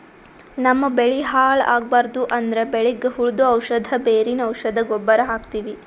ನಮ್ಮ್ ಬೆಳಿ ಹಾಳ್ ಆಗ್ಬಾರ್ದು ಅಂತ್ ಬೆಳಿಗ್ ಹುಳ್ದು ಔಷಧ್, ಬೇರಿನ್ ಔಷಧ್, ಗೊಬ್ಬರ್ ಹಾಕ್ತಿವಿ